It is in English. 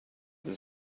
his